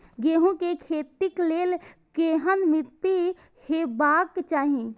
गेहूं के खेतीक लेल केहन मीट्टी हेबाक चाही?